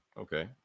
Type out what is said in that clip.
Okay